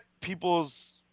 people's